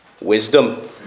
Wisdom